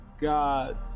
God